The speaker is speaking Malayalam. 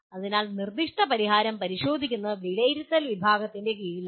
അതിനാൽ നിർദ്ദിഷ്ട പരിഹാരം പരിശോധിക്കുന്നത് വിലയിരുത്തൽ വിഭാഗത്തിന് കീഴിലാണ്